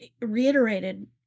reiterated